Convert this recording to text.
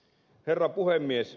herra puhemies